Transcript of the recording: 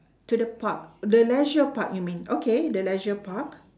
to the park the leisure park you mean okay the leisure park